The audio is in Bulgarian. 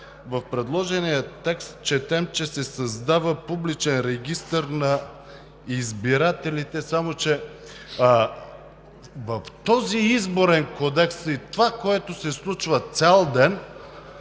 в предложения текст четем, че се създава публичен регистър на избирателите, само че в този Изборен кодекс и това, което се случва цял ден,